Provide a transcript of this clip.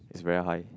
is very high